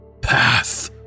path